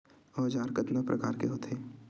औजार कतना प्रकार के होथे?